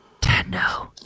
Tendo